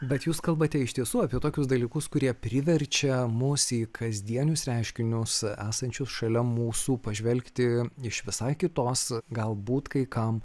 bet jūs kalbate iš tiesų apie tokius dalykus kurie priverčia mus į kasdienius reiškinius esančius šalia mūsų pažvelgti iš visai kitos galbūt kai kam